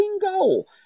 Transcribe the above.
goal